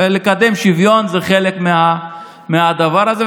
לקדם שוויון זה חלק מהדבר הזה,